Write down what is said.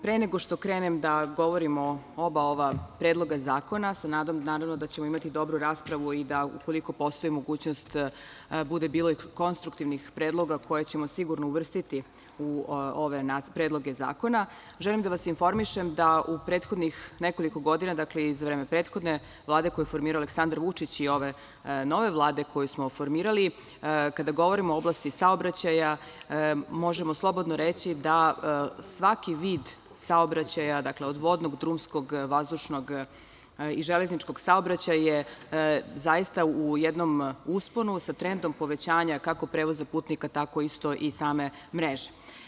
Pre nego što krenem da govorim o oba ova predloga zakona, sa nadom naravno da ćemo imati dobru raspravu i da ukoliko postoji mogućnost bude bilo i konstruktivnih predloga koje ćemo sigurno uvrstiti u ove predloge zakona, želim da vas informišem da u prethodnih nekoliko godina, dakle iz vremena prethodne Vlade koju je formirao Aleksandar Vučić i ove nove Vlade koju smo formirali, kada govorimo o oblasti saobraćaja možemo slobodno reći da svaki vid saobraćaja, dakle, od vodnog, drumskog, vazdušnog i železničkog saobraćaja je zaista u jednom usponu sa trendom povećanja kako prevoza putnika tako isto i same mreže.